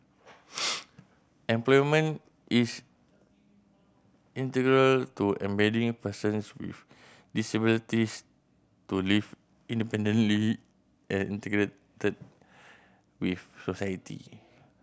employment is integral to enabling persons with disabilities to live independently and integrate with society